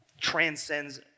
transcends